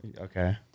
Okay